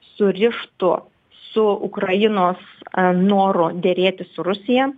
surištu su ukrainos am noru derėtis su rusija